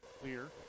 clear